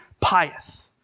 Pious